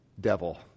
devil